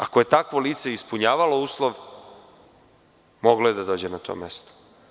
Ako je takvo lice ispunjavalo uslov, moglo je da dođe na to mesto.